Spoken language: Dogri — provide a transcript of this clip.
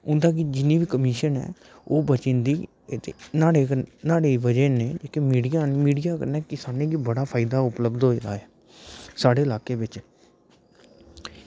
उंदा जिन्नी बी कमीशन ऐ ओह् जेह्की न्हाड़ी बजह कन्नै ओह् जेह्का मीडिया दा किसानै गी बड़ा फायदा होऐ दा ऐ साढ़े ल्हाके बिच